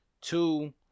Two